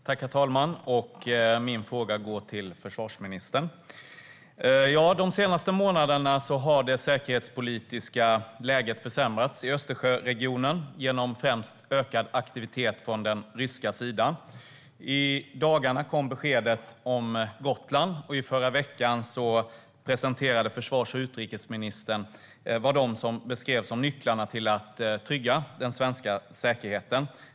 Herr talman! Min fråga går till försvarsministern. De senaste månaderna har det säkerhetspolitiska läget försämrats i Östersjöregionen genom främst ökad aktivitet från den ryska sidan. I dagarna kom beskedet om Gotland. I förra veckan presenterade försvarsministern och utrikesministern det som de beskrev som nycklarna till att trygga den svenska säkerheten.